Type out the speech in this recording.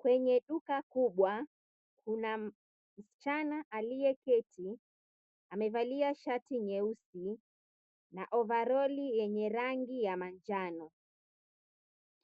Kwenye duka kubwa kuna msichana aliyeketi. Amevalia shati nyeusi na ovaroli yenye rangi ya manjano.